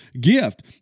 gift